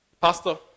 Pastor